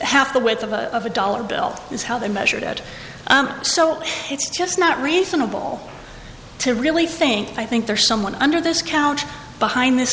half the width of a dollar belt is how they measured out so it's just not reasonable to really think i think there's someone under this couch behind this